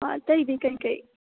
ꯑꯇꯩꯗꯤ ꯀꯔꯤ ꯀꯔꯤ